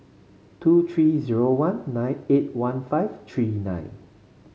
two three zero one nine eight one five three nine